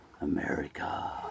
America